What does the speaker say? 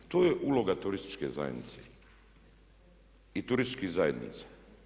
To je uloga turističke zajednice i turističkih zajednica.